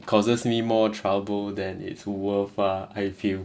causes me more trouble than it's worth ah I feel